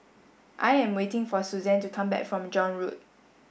I am waiting for Suzan to come back from John Road